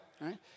right